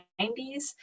90s